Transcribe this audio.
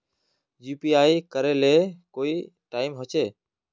UPI करे ले कोई टाइम होचे?